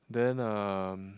then uh